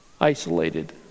isolated